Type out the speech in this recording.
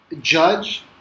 judge